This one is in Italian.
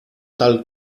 tal